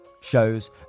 shows